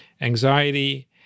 anxiety